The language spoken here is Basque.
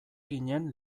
ginen